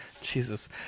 Jesus